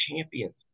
champions